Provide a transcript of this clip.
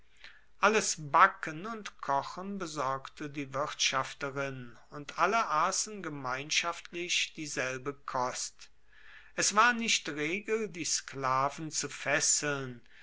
alles backen und kochen besorgte die wirtschafterin und alle assen gemeinschaftlich dieselbe kost es war nicht regel die sklaven zu fesseln